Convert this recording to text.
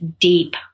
deep